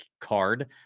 card